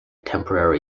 temporary